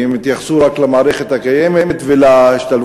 כי הם התייחסו רק למערכת הקיימת ולהשתלבות